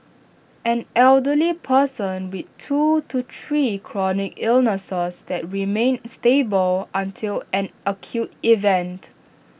an elderly person with two to three chronic illnesses that remain stable until an acute event